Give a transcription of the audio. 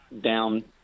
down